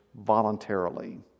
voluntarily